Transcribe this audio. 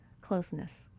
closeness